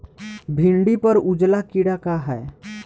भिंडी पर उजला कीड़ा का है?